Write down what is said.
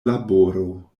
laboro